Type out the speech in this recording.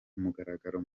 mugaragaro